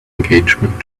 engagement